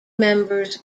members